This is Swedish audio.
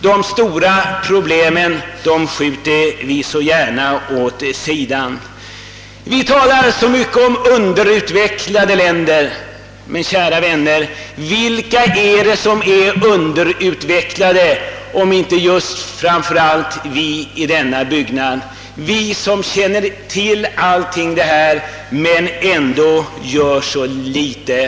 De stora problemen skjuter vi gärna åt sidan. Vi talar så mycket om underutvecklade länder, men vilka är egentligen underutvecklade om inte vi här i huset? Vi känner till alla dessa förhållanden men gör ändå så litet.